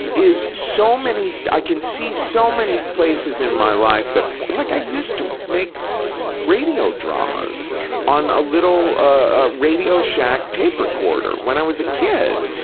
is so many, i can see so many places in my life that, like i used to make radio dramas on a little ah radio shack tape recorder when i was a kid,